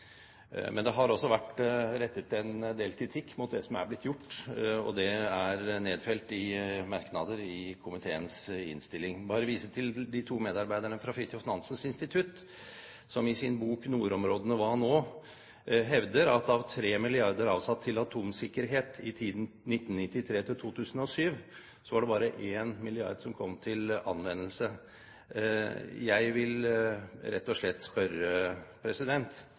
Men det har også vært rettet en del kritikk mot det som er blitt gjort. Det er nedfelt i merknader i komiteens innstilling. Jeg vil bare vise til de to medarbeiderne fra Fridtjof Nansens Institutt som i sin bok «Nordområdene – hva nå?» hevder at av 3 mrd. kr avsatt til atomsikkerhet i tiden 1993–2007 var det bare 1 mrd. kr som kom til anvendelse. Jeg vil rett og slett spørre